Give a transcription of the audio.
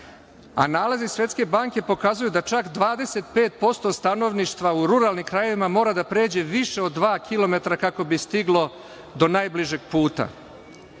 nalazi Svetske banke pokazuju da čak 25% stanovništva u ruralnim krajevima mora da pređe više od dva kilometra kako bi stiglo do najbližeg puta.